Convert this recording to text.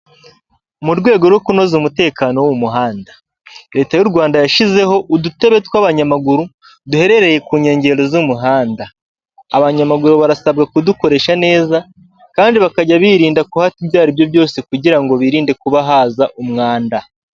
Mu rwego rwo kunoza umutekano wo mu muhanda, leta y'u Rwanda yashyizeho udutebe tw'abanyamaguru duherereye ku nkengero z'umuhanda. Abanyamaguru barasabwa kudukoresha neza kandi bakajya birinda kuhata ibyo aribyo byose, kugira ngo birinde kuba haza umwanda.